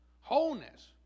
Wholeness